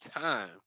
time